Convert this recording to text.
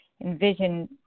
envision